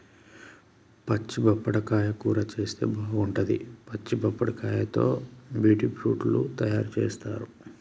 పచ్చి పప్పడకాయ కూర చేస్తే బాగుంటది, పచ్చి పప్పడకాయతో ట్యూటీ ఫ్రూటీ లు తయారు చేస్తారు